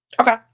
Okay